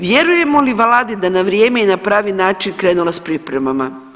Vjerujemo li Vladi da na vrijeme i na pravi način krenula s pripremama?